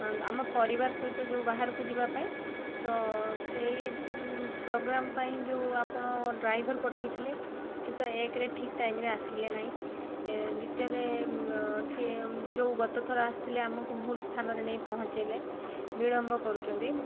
ହଁ ଆମ ପରିବାର ସହିତ ଯେଉଁ ବାହାରକୁ ଯିବା ପାଇଁ ତ ସେଇ ପ୍ରୋଗ୍ରାମ୍ ପାଇଁ ଯେଉଁ ଆପଣ ଡ୍ରାଇଭର ପଠାଇଥିଲେ ସେ ତ ଏକରେ ଠିକ୍ ଟାଇମ୍ରେ ଆସିଲେ ନାହିଁ ଏ ଦ୍ଵିତୀୟରେ ସେ ଏ ଯେଉଁ ଗତର ଆସିଥିଲେ ଆମକୁ ଭୁଲ ସ୍ଥାନରେ ନେଇ ପହଞ୍ଚାଇଲେ ବିଳମ୍ବ କରୁଛନ୍ତି